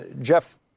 Jeff